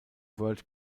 world